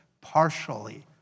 partially